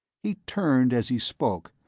he turned as he spoke,